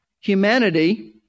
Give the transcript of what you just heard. humanity